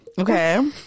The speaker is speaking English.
Okay